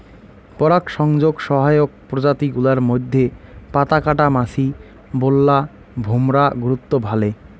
পরাগসংযোগ সহায়ক প্রজাতি গুলার মইধ্যে পাতাকাটা মাছি, বোল্লা, ভোমরা গুরুত্ব ভালে